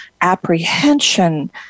apprehension